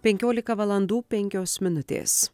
penkiolika valandų penkios minutės